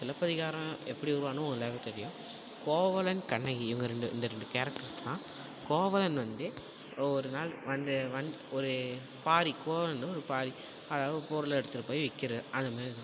சிலப்பதிகாரம் எப்படி உருவானதுன்னு உங்கள் எல்லாருக்கும் தெரியும் கோவலன் கண்ணகி இவங்க ரெண்டு இந்த ரெண்டு கேரக்டர்ஸ் தான் கோவலன் வந்து ஒரு நாள் வந்து வந் ஒரு பாரி கோவலன்றது ஒரு பாரி அதாவது பொருளை எடுத்துகிட்டு போய் வைக்கிறது அந்த மேரி தான்